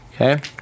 okay